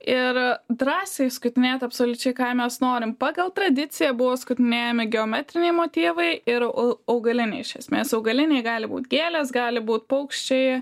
ir drąsiai skutinėt absoliučiai ką mes norim pagal tradiciją buvo skutinėjami geometriniai motyvai ir au augaliniai iš esmės augaliniai gali būt gėlės gali būt paukščiai